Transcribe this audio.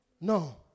No